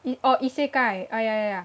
oh isekai ah ya ya ya